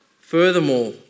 Furthermore